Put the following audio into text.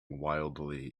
wildly